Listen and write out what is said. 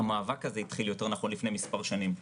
המאבק הזה התחיל לפני מספר שנים,